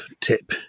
tip